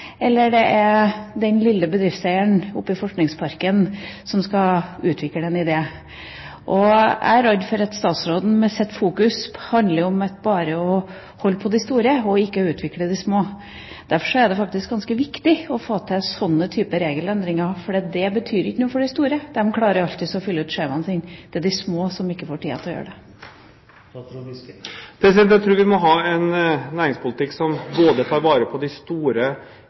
eller det er den lille bedriftseieren i Forskningsparken som skal utvikle en idé. Jeg er redd for at statsråden sitt fokus handler om bare å holde på de store og ikke utvikle de små. Derfor er det faktisk ganske viktig å få til sånne typer regelendringer, for de betyr noe for de store. De klarer alltids å fylle ut skjemaene sine. Det er de små som ikke får tid til å gjøre det. Jeg tror vi må ha en næringspolitikk som tar vare på både de store,